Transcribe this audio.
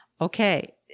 Okay